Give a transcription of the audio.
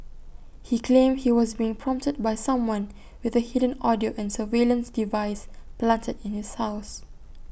he claimed he was being prompted by someone with A hidden audio and surveillance device planted in his house